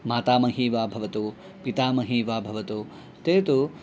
मातामही वा भवतु पितामही वा भवतु ते तु